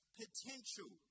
potential